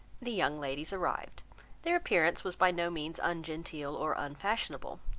the young ladies arrived their appearance was by no means ungenteel or unfashionable.